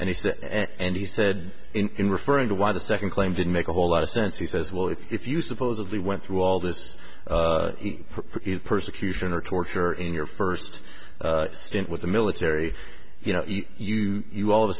said and he said in referring to why the second claim didn't make a whole lot of sense he says well if you supposedly went through all this persecution or torture in your first stint with the military you know you you all of a